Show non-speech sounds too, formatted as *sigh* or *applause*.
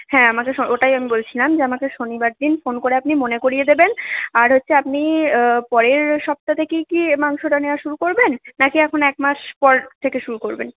হ্যাঁ আমাকে *unintelligible* ওটাই আমি বলছিলাম যে আমাকে শনিবার দিন ফোন করে আপনি মনে করিয়ে দেবেন আর হচ্ছে আপনি পরের সপ্তাহ থেকে কি এই মাংসটা নেওয়া শুরু করবেন না কি এখন একমাস পর থেকে শুরু করবেন